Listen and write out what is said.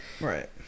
Right